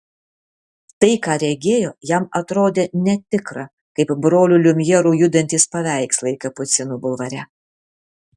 tai ką regėjo jam atrodė netikra kaip brolių liumjerų judantys paveikslai kapucinų bulvare